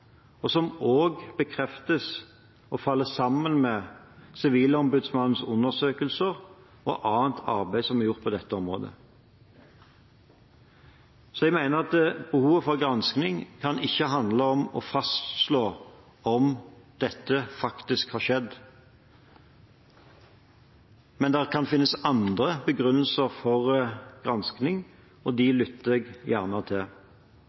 og som bekreftes av og faller sammen med Sivilombudsmannens undersøkelser og annet arbeid som er gjort på dette området. Jeg mener at behovet for gransking ikke kan handle om å fastslå om dette har skjedd, men det kan finnes andre begrunnelser for gransking, og dem lytter jeg gjerne til.